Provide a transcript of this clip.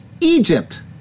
Egypt